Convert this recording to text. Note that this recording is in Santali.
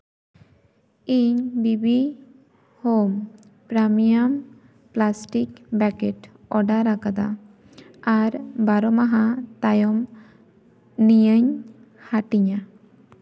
ᱤᱧ BB home premium plastic bucket order ᱟᱠᱟᱫᱟ ᱟᱨ ᱵᱟᱨᱚ ᱢᱟᱦᱟ ᱛᱟᱭᱚᱢ ᱱᱤᱭᱟᱹᱧ ᱦᱟᱹᱴᱤᱧᱟ